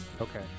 okay